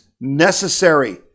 necessary